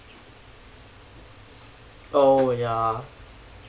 oh ya